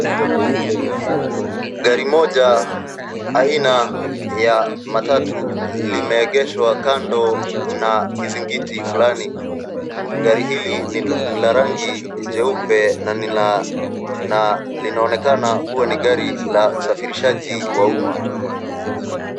Gari moja aina ya matatu limeegeshwa kando na kizingiti flani. Gari hili ni la rangi jeupe na linaonekana kuwa ni gari la usafirishaji wa umma.